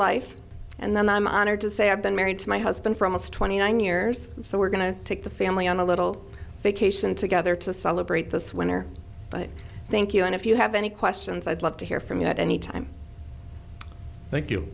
life and then i'm honored to say i've been married to my husband from us twenty nine years so we're going to take the family on a little vacation together to celebrate this winner i thank you and if you have any questions i'd love to hear from you at any time